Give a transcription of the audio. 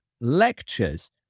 lectures